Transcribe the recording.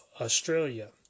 Australia